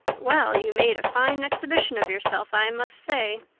well, you made a fine exhibition of yourself i must say.